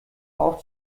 auch